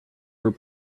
were